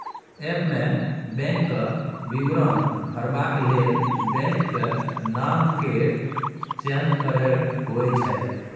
app मे बैंकक विवरण भरबाक लेल बैंकक नाम केर चयन करब होइ छै